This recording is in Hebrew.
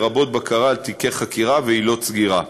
לרבות בקרה על תיקי חקירה ועילות סגירה.